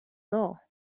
law